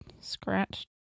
scratch